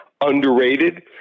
underrated